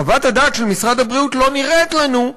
חוות הדעת של משרד הבריאות לא נראית לנו,